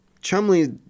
Chumley